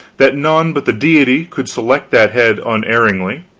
that none but the deity could select that head unerringly,